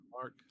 Mark